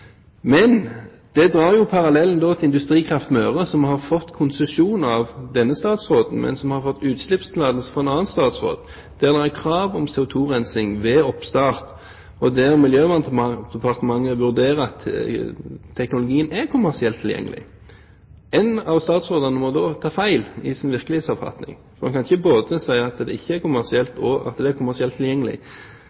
Men det drar parallellen til Industrikraft Møre, som har fått konsesjon av denne statsråden, men som har fått utslippstillatelse med krav om CO2-rensing fra oppstart, fra en annen statsråd, og der Miljøverndepartementet vurderer at teknologien er kommersielt tilgjengelig. Én av statsrådene må da ta feil i sin virkelighetsoppfatning, for en kan ikke både si at det ikke er